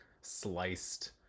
sliced